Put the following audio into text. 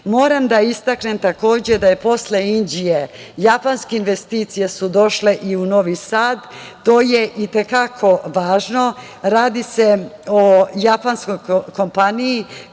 moram da istaknem da su posle Inđije japanske investicije došle i u Novi Sad. To je i te kako važno, jer se radi o japanskoj kompaniji